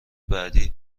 بعدی